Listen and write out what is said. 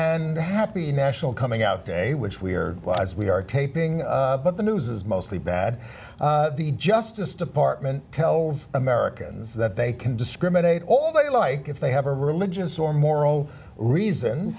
a happy national coming out day which we are wise we are taping but the news is mostly that the justice department tells americans that they can discriminate all they like if they have a religious or moral reason